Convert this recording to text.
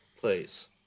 please